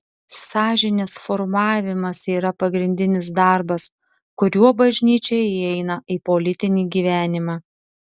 sąžinės formavimas yra pagrindinis darbas kuriuo bažnyčia įeina į politinį gyvenimą